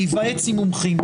להיוועץ עם מומחים.